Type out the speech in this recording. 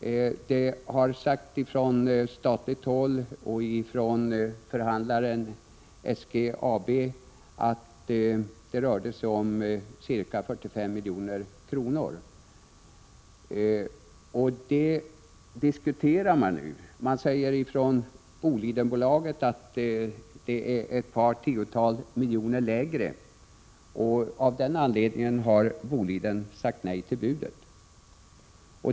Det har sagts från statligt håll och av förhandlaren från NSG att det rörde sig om ca 45 milj.kr. Det här diskuterar man nu. Man säger från Bolidenbolaget att budet är ett par tiotal miljoner för lågt, och bolaget har av den anledningen sagt nej till budet.